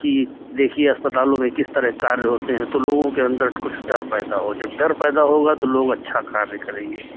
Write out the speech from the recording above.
कि देखिए अस्पतालों में किस तरह कार्य होते हैं तो लोगों के अंदर कुछ डर पैदा हो जब डर पैदा होगा तो लोग अच्छा कार्य करेंगे